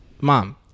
mom